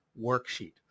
worksheet